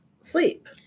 sleep